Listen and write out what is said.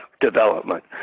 development